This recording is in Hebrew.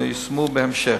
ייושמו בהמשך.